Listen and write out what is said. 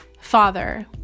Father